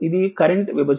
ఇది కరెంట్ విభజన